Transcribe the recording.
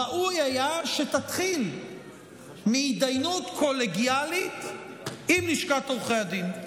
ראוי היה שתתחיל מהידיינות קולגיאלית עם לשכת עורכי הדין.